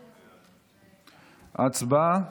הצבעה.